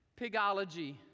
Pigology